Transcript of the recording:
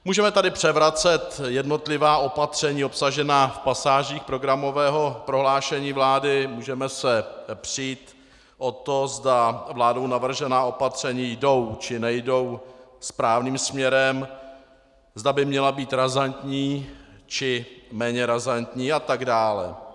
Můžeme tady převracet jednotlivá opatření obsažená v pasážích programového prohlášení vlády, můžeme se přít o to, zda vládou navržená opatření jdou, či nejdou správným směrem, zda by měla být razantní, či méně razantní a tak dále.